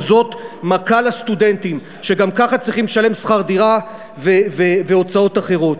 שזאת מכה לסטודנטים שגם ככה צריכים לשלם שכר דירה והוצאות אחרות.